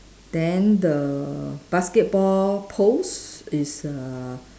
then the basketball post is err